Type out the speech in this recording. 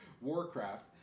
Warcraft